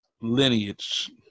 lineage